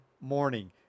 morning